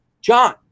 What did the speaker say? John